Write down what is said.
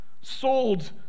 sold